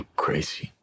crazy